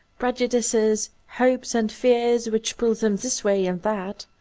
prejudices, hopes and fears which pull them this way and that.